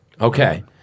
Okay